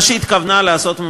מה שהתכוונה הממשלה לעשות,